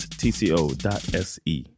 tco.se